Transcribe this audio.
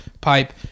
pipe